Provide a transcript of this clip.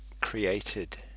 created